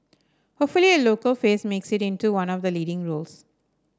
hopefully a local face makes it into one of the leading roles